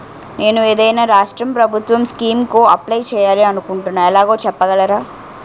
నేను ఏదైనా రాష్ట్రం ప్రభుత్వం స్కీం కు అప్లై చేయాలి అనుకుంటున్నా ఎలాగో చెప్పగలరా?